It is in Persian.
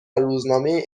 روزنامه